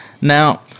Now